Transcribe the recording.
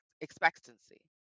expectancy